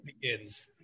begins